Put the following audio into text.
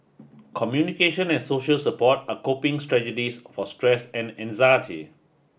communication and social support are coping strategies for stress and anxiety